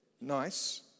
Nice